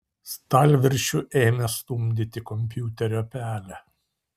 stalviršiu ėmė stumdyti kompiuterio pelę